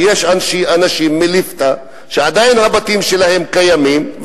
יש אנשים מליפתא שעדיין הבתים שלהם קיימים,